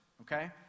Okay